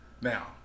Now